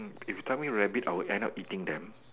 if you tell me rabbit I will end up eating them